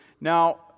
Now